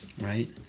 Right